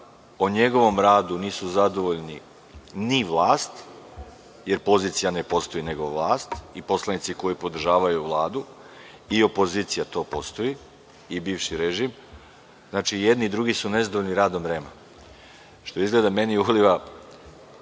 da njegovim radom nisu zadovoljni ni vlast, jer pozicija ne postoji, nego vlast, i poslanici koji podržavaju Vladu i opozicija, to postoji i bivši režim. Znači, i jedni i drugi su nezadovoljni radom REM-a, što izgleda meni uliva